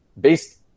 based